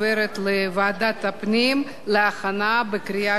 לוועדת הפנים להכנה בקריאה שנייה ושלישית.